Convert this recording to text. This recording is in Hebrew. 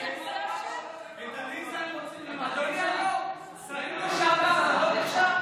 את עליזה הם רוצים למנות ------ לשעבר לא נחשב?